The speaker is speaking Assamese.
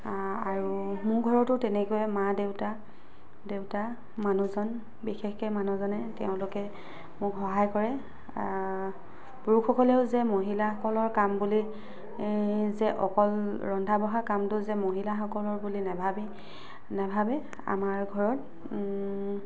আৰু মোৰ ঘৰতো তেনেকৈয়ে মা দেউতা দেউতা মানুহজন বিশেষকৈ মানুহজনে তেওঁলোকে মোক সহায় কৰে পুৰুষসকলেও যে মহিলাসকলৰ কাম বুলি যে অকল ৰন্ধা বঢ়া কামটো যে মহিলাসকলৰ বুলি নাভাবি নাভাবে আমাৰ ঘৰত